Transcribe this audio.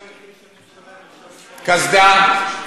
קסדה.